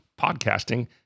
podcasting